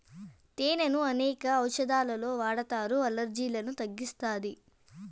తేనెను అనేక ఔషదాలలో వాడతారు, అలర్జీలను తగ్గిస్తాది